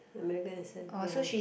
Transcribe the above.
American accent ya